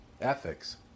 Ethics